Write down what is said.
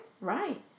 Right